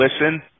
listen